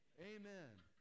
Amen